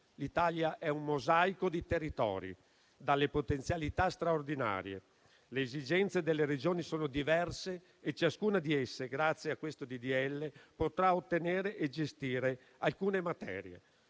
Italia, che è un mosaico di territori, dalle potenzialità straordinarie. Le esigenze delle Regioni sono diverse e ciascuna di esse, grazie al disegno di legge in esame, potrà ottenere e gestire alcune materie,